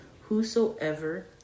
whosoever